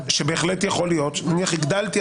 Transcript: נניח הגדלתי,